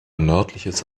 nördliches